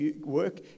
work